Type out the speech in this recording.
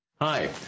Hi